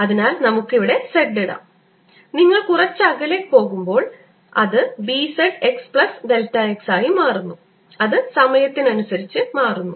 അതിനാൽ നമുക്ക് ഇവിടെ z ഇടാം നിങ്ങൾ കുറച്ച് അകലെ പോകുമ്പോൾ അത് B z x plus delta x ആയി മാറുന്നു അത് സമയത്തിനനുസരിച്ച് മാറുന്നു